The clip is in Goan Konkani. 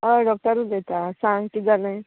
हय डॉक्टर उलयता सांग कितें जालें